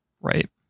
Right